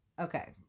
okay